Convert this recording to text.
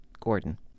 Gordon